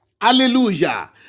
hallelujah